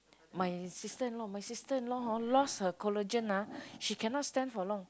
my sister-in-law my sister-in-law hor lost her collagen ah she cannot stand for long